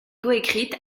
coécrite